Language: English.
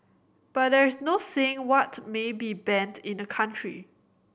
but there is no saying what may be banned in a country